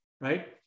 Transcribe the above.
right